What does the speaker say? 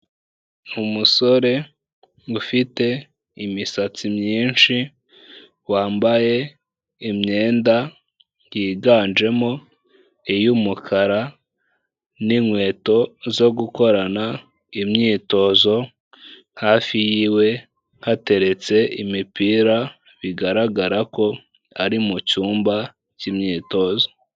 Umusore ufite imisatsi myinshi, wambaye imyenda yiganjemo iy'umukara n'inkweto zo gukorana imyitozo, hafi yiwe hateretse imipira bigaragara ko ari mu cyumba cy'imyitozo.